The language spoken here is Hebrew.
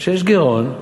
שיש גירעון,